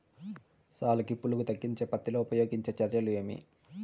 సాలుకి పులుగు తగ్గించేకి పత్తి లో ఉపయోగించే చర్యలు ఏమి?